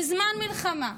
בזמן מלחמה.